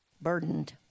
Burdened